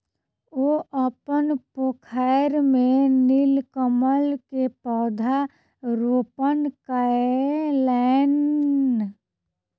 ओ अपन पोखैर में नीलकमल के पौधा रोपण कयलैन